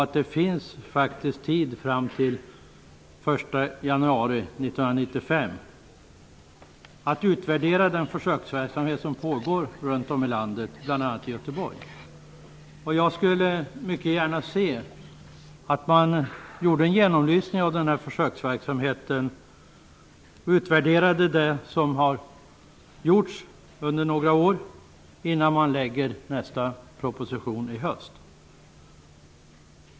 Men det finns faktiskt tid fram till den 1 januari 1995 att utvärdera den försöksverksamhet som pågår i landet, bl.a. i Göteborg. Jag skulle gärna se att man gör en genomlysning av försöksverksamheten och utvärderar det arbete som har genomförts under några år innan nästa proposition läggs fram i höst.